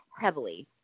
heavily